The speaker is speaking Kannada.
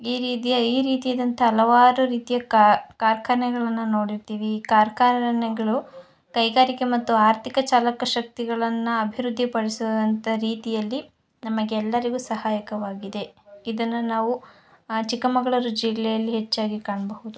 ಈ ರೀತಿಯ ಈ ರೀತಿಯದಂಥ ಹಲವಾರು ರೀತಿಯ ಕಾರ್ಖಾನೆಗಳನ್ನು ನೋಡಿರ್ತೀವಿ ಈ ಕಾರ್ಖಾನೆಗಳು ಕೈಗಾರಿಕೆ ಮತ್ತು ಆರ್ಥಿಕ ಚಾಲಕ ಶಕ್ತಿಗಳನ್ನು ಅಭಿವೃದ್ಧಿ ಪಡಿಸುವಂಥ ರೀತಿಯಲ್ಲಿ ನಮಗೆಲ್ಲರಿಗೂ ಸಹಾಯಕವಾಗಿದೆ ಇದನ್ನು ನಾವು ಚಿಕ್ಕಮಗಳೂರು ಜಿಲ್ಲೆಯಲ್ಲಿ ಹೆಚ್ಚಾಗಿ ಕಾಣಬಹುದು